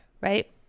right